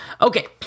Okay